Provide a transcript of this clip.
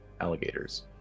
alligators